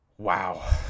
Wow